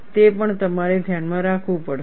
તે પણ તમારે ધ્યાનમાં રાખવું પડશે